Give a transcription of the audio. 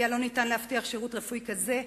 שלפיה לא ניתן להבטיח שירות רפואי כזה,